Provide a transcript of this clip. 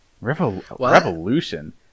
Revolution